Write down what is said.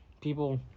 people